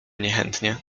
niechętnie